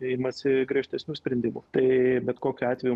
imasi griežtesnių sprendimų tai bet kokiu atveju